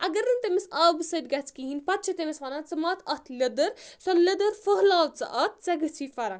اگر نہٕ تٔمِس آبہٕ سۭتۍ گژھِ کِہیٖنۍ پَتہٕ چھِ تٔمِس وَنان ژٕ متھ اَتھ لیٚدٕر سۄ لیٚدٕر فٔہلاو ژٕ اَتھ ژےٚ گٔژھی فرق